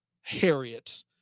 harriet